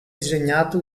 disegnato